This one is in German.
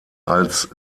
als